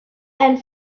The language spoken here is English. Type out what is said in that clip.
and